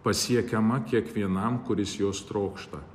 pasiekiama kiekvienam kuris jos trokšta